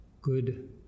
good